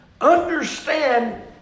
Understand